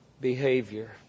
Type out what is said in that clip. behavior